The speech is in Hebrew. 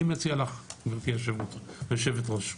אני מציע לך, גברתי היושבת ראש: